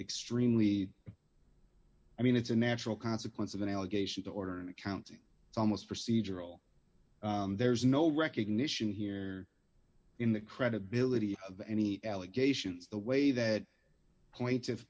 extremely i mean it's a natural consequence of an allegation to order an accounting it's almost procedural there's no recognition here in the credibility of any allegations the way that points